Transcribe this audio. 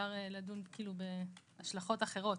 אפשר לדון בהשלכות אחרות.